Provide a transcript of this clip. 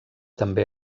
també